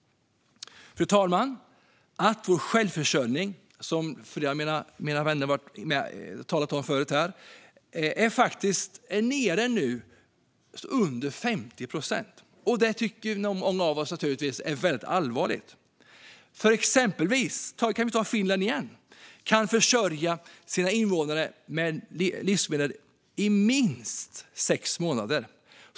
Fru talman! Att vår självförsörjning, som flera av mina vänner har talat om här förut, nu är nere under 50 procent tycker många av oss naturligtvis är väldigt allvarligt. Vi kan ta Finland som exempel igen. Finland kan försörja sina invånare med livsmedel i minst sex månader.